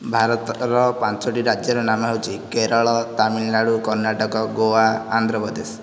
ଭାରତର ପାଞ୍ଚୋଟି ରାଜ୍ୟର ନାମ ହେଉଛି କେରଳ ତାମିଲନାଡ଼ୁ କର୍ଣ୍ଣାଟକ ଗୋଆ ଆନ୍ଧ୍ରପ୍ରଦେଶ